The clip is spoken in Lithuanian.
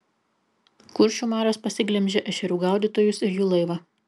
kuršių marios pasiglemžė ešerių gaudytojus ir jų laivą